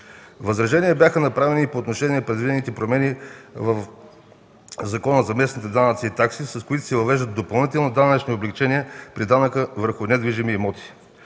Възражения бяха направени и по отношение на предвидените промени в Закона за местните данъци и такси, с които се въвеждат допълнителни данъчни облекчения при данъка върху недвижимите имоти.